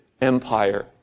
empire